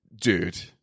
dude